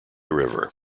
river